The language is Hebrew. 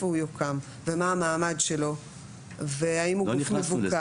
הוא יוקם ומה המעמד שלו והאם הוא גוף מבוקר --- לא נכנסנו לזה.